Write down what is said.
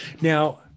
now